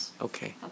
Okay